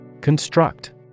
Construct